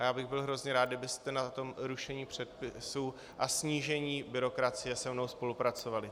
Já bych byl hrozně rád, kdybyste na tom rušení předpisů a snížení byrokracie se mnou spolupracovali.